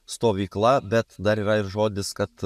stovykla bet dar yra ir žodis kad